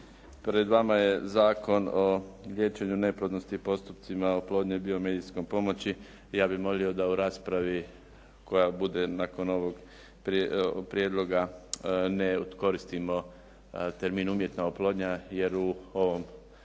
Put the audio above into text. Pred vama je Zakon o liječenju neplodnosti i postupcima oplodnje i biomedicinskom pomoći. Ja bih molio da u raspravi koja bude nakon ovog prijedloga ne koristimo termin umjetna oplodnja, jer u ovom